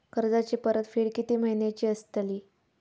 कर्जाची परतफेड कीती महिन्याची असतली?